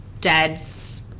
dad's